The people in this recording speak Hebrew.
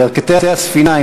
בירכתי הספינה,